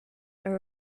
are